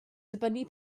dibynnu